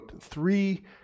three